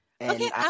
Okay